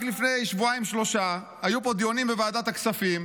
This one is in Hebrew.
רק לפני שבועיים-שלושה היו פה דיונים בוועדת הכספים,